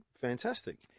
Fantastic